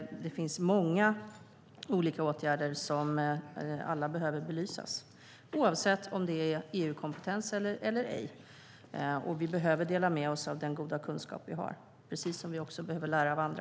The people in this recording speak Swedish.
Det finns som sagt många olika åtgärder, som alla behöver belysas, oavsett om det är EU-kompetens eller ej. Vi behöver dela med oss av den goda kunskap vi har, precis som vi behöver lära av andra.